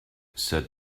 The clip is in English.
said